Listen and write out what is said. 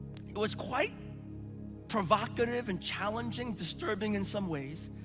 it was quite provocative and challenging, disturbing in some ways,